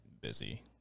busy